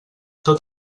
tot